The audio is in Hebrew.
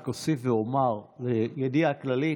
רק אוסיף ואומר, לידיעה כללית: